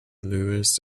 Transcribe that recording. luis